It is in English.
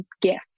gift